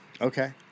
Okay